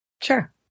sure